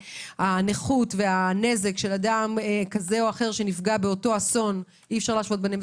הנכות והנזק של אדם כזה או אחר שנפגע באותו אסון אי אפשר להשוות ביניהם.